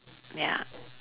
ya